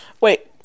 Wait